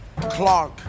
Clark